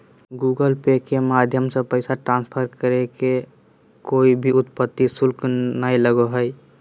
Google pay के माध्यम से पैसा ट्रांसफर करे मे कोय भी अतरिक्त शुल्क नय लगो हय